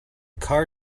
car